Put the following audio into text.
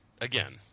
again